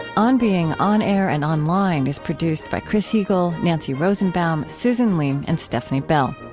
and on being, on air and online is produced by chris heagle, nancy rosenbaum, susan leem, and stefni bell.